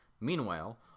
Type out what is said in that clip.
Meanwhile